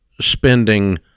spending